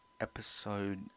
episode